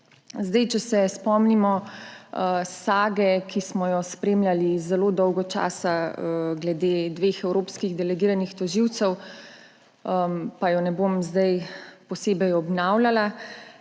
Če se spomnimo sage, ki smo jo spremljali zelo dolgo časa glede dveh evropskih delegiranih tožilcev, je ne bom zdaj posebej obnavljala,